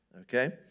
okay